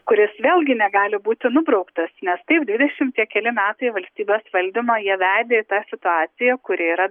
kuris vėlgi negali būti nubrauktas nes taip dvidešimt penkeri metai valstybės valdymą jie vedė į tą situaciją kuri yra